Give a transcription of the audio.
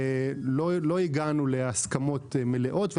לא הגענו להסכמות מלאות,